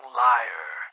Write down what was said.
liar